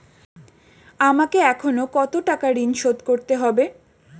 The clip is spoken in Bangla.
আমাকে এখনো কত টাকা ঋণ শোধ করতে হবে?